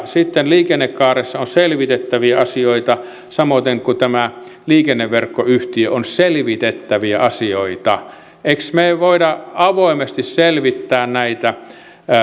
sitten liikennekaaressa on selvitettäviä asioita samoiten kuin tämä liikenneverkkoyhtiö on selvitettäviä asioita emmekö me voi avoimesti selvittää näitä